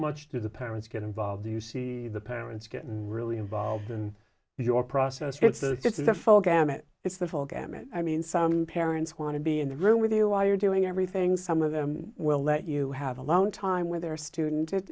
much do the parents get involved do you see the parents getting really involved in your process or it's just the full gamut it's the whole gamut i mean some parents want to be in the room with you while you're doing everything some of them will let you have alone time with their student i